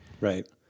Right